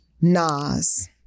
Nas